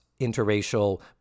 interracial